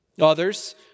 Others